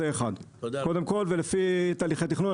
קודם כל ולפי תהליכי תכנון.